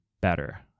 better